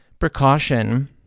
precaution